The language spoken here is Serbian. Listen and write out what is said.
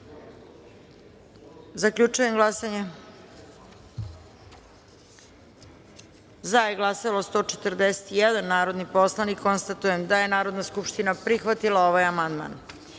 amandman. Zaključujem glasanje: za su glasala 143 narodna poslanika. Konstatujem da je Narodna skupština prihvatila ovaj amandman. Na